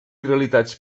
realitats